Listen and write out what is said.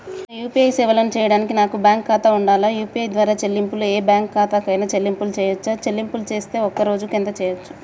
నేను యూ.పీ.ఐ సేవలను చేయడానికి నాకు బ్యాంక్ ఖాతా ఉండాలా? యూ.పీ.ఐ ద్వారా చెల్లింపులు ఏ బ్యాంక్ ఖాతా కైనా చెల్లింపులు చేయవచ్చా? చెల్లింపులు చేస్తే ఒక్క రోజుకు ఎంత చేయవచ్చు?